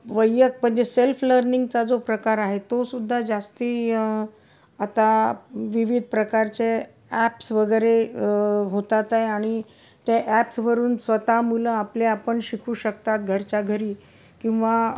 वैयक म्हणजे सेल्फ लर्निंगचा जो प्रकार आहे तोसुद्धा जास्त आता विविध प्रकारचे ॲप्स वगैरे होतात आहे आणि त्या ॲप्सवरून स्वतः मुलं आपले आपण शिकू शकतात घरच्या घरी किंवा